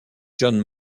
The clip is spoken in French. john